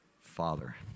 Father